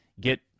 get